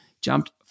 jumped